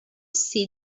see